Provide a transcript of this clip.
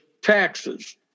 taxes